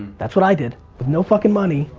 that's what i did with no fucking money,